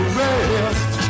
rest